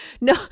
no